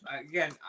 again